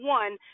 one